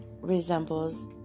resembles